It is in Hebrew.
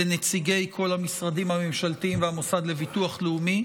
לנציגי כל המשרדים הממשלתיים והמוסד לביטוח לאומי,